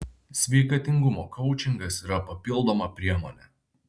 sveikatingumo koučingas yra papildoma priemonė